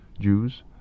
Jews